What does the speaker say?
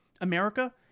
America